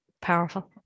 powerful